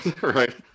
Right